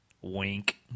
Wink